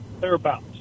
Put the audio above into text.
thereabouts